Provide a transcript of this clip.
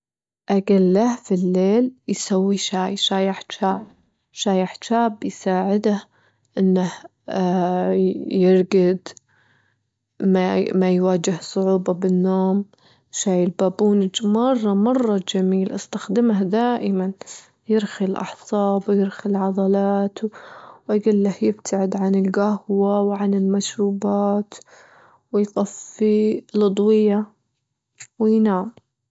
أجيله في الليل يسوي شاي- شاي أعتشاب، شاي أعتشاب يساعده إنه يرجد ما- ما يواجه صعوبة بالنوم، شاي البابونج مرة- مرة جميل، استخدمه دائمًا، يرخي الأعصاب، يرخي العضلات، وأجيله يبتعد عن الجهوة، عن المشروبات ويطفي الأضوية وينام.